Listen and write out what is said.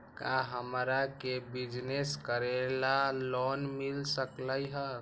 का हमरा के बिजनेस करेला लोन मिल सकलई ह?